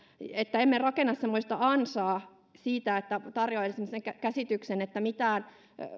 että emme rakenna semmoista ansaa että tarjoaisimme sen käsityksen että